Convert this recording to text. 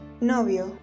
Novio